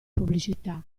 pubblicità